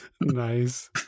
nice